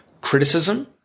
criticism